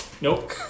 Nope